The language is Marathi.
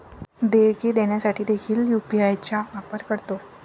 देयके देण्यासाठी देखील यू.पी.आय चा वापर करतो